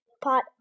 pot